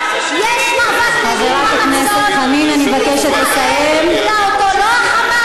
תבקשי, כל עוד יש מצור, יש מאבק נגד המצור.